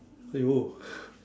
!aiyo!